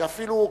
שאפילו,